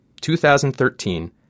2013